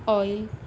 oil